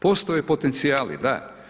Postoje potencijali, da.